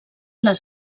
les